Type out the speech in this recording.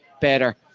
better